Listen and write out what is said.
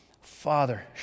Father